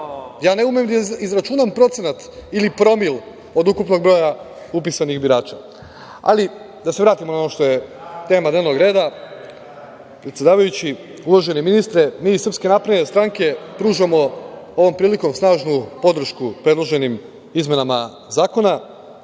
Ja ne umem da izračunam procenat ili promili od ukupnog broja upisanih birača. Ali, da se vratimo sada na ono što je tema dnevnog reda. Predsedavajući, uvaženi ministre, mi iz SNS pružamo ovom prilikom snažnu podršku predloženim izmenama zakona.